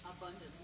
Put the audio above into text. Abundance